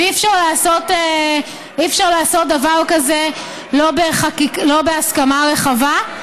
ואי-אפשר לעשות דבר כזה שלא בהסכמה רחבה.